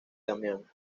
damián